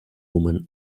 woman